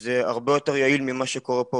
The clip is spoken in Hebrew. זה הרבה יותר יעיל ממה שקורה פה,